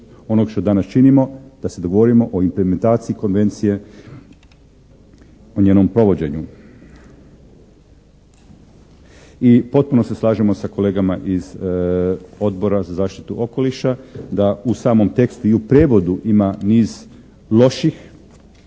onog što danas činimo, da se dogovorimo o implementaciji konvencije, o njenom provođenju? I potpuno se slažemo sa kolegama iz Odbora za zaštitu okoliša da u samom tekstu i u prijevodu ima niz loših